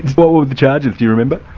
what were the charges, do you remember?